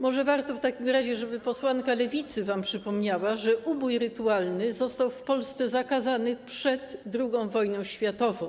Może warto w takim razie, żeby posłanka Lewicy wam przypomniała, że ubój rytualny został w Polsce zakazany przed II wojną światową.